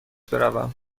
بروم